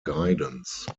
guidance